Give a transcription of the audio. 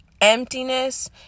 emptiness